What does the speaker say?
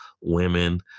women